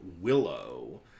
Willow